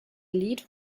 lied